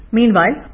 Meanwhile